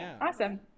awesome